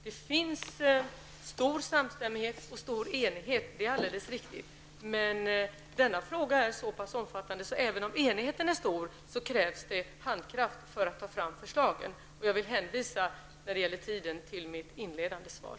Det finns stor samstämmighet och stor enighet. Det är alldeles riktigt. Även om enigheten är stor, är det en så pass omfattande fråga att det krävs handlingskraft för att ta fram förslag, och jag vill när det gäller tiden hänvisa till mitt inledande svar.